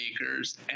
makers